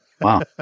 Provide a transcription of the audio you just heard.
Wow